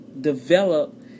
develop